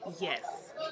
yes